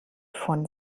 von